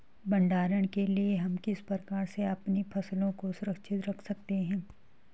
भंडारण के लिए हम किस प्रकार से अपनी फसलों को सुरक्षित रख सकते हैं?